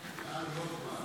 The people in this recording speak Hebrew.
9 נתקבלו.